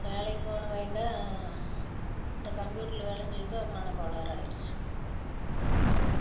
வேலைக்கு போன பையந்தான் இந்த கம்ப்யூட்டருல வேலை செஞ்சு தான் மனக்கோளாறு ஆயிடிச்சு ஆமாம்